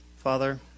Father